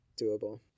doable